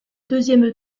deuxième